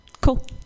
Cool